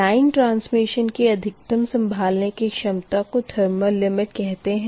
line transmission की अधिकतम सम्भालने की क्षमता को थर्मल लिमिट कहते है